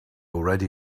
already